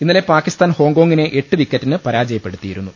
ഇന്നലെ പാകിസ്ഥാൻ ഹോങ്കോങിനെ എട്ട് വിക്കറ്റിന് പരാജ യപ്പെടുത്തിയിരുന്നു